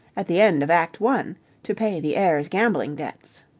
at the end of act one to pay the heir's gambling debts.